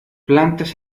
plantas